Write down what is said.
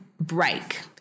break